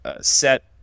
set